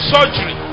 Surgery